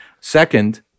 Second